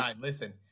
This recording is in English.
listen